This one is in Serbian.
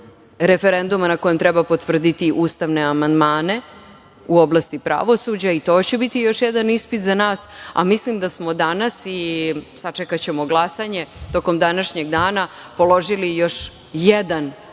referenduma na kojem treba potvrditi ustavne amandmane u oblasti pravosuđa, i to će biti još jedan ispit za nas, a mislim da smo danas, sačekaćemo i glasanje, tokom današnjeg dana položili još jedan